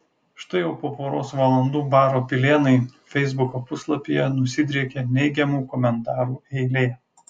štai jau po poros valandų baro pilėnai feisbuko puslapyje nusidriekė neigiamų komentarų eilė